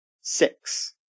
six